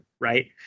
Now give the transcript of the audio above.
right